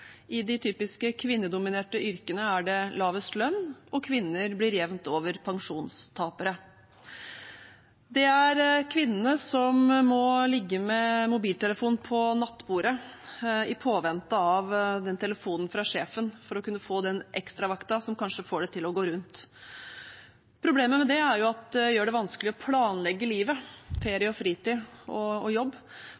I de typiske kvinnedominerte yrkene er det lavest lønn, og kvinner blir jevnt over pensjonstapere. Det er kvinnene som må ligge med mobiltelefonen på nattbordet i påvente av en telefon fra sjefen for å kunne få den ekstravakten som kanskje får det til å gå rundt. Problemet med det er at det gjør det vanskelig å planlegge livet